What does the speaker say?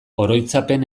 oroitzapen